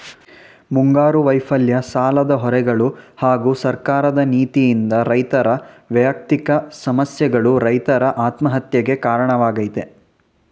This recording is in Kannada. ಮುಂಗಾರು ವೈಫಲ್ಯ ಸಾಲದ ಹೊರೆಗಳು ಹಾಗೂ ಸರ್ಕಾರದ ನೀತಿಯಿಂದ ರೈತರ ವ್ಯಯಕ್ತಿಕ ಸಮಸ್ಯೆಗಳು ರೈತರ ಆತ್ಮಹತ್ಯೆಗೆ ಕಾರಣವಾಗಯ್ತೆ